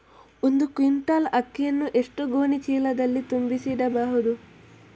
ಒಂದು ಕ್ವಿಂಟಾಲ್ ಅಕ್ಕಿಯನ್ನು ಎಷ್ಟು ಗೋಣಿಚೀಲದಲ್ಲಿ ತುಂಬಿಸಿ ಇಡಬಹುದು?